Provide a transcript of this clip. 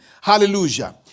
Hallelujah